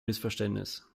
missverständnis